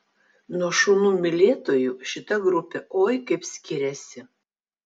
nuo šunų mylėtojų šita grupė oi kaip skiriasi